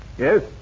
Yes